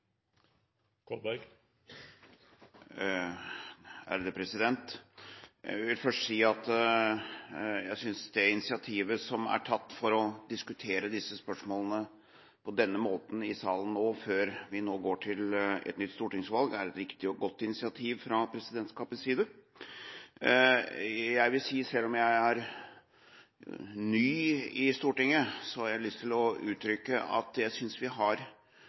tatt for å diskutere disse spørsmålene på denne måten i salen nå før vi nå går til et nytt stortingsvalg, er et riktig og godt initiativ fra presidentskapets side. Selv om jeg er ny i Stortinget, har jeg lyst til å uttrykke at jeg synes vi har